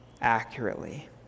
accurately